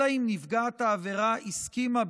אלא אם כן נפגעת העבירה הסכימה,